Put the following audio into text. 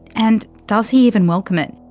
and does he even welcome it?